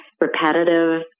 repetitive